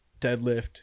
deadlift